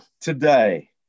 today